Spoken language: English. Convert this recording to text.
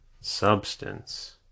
substance